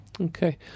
Okay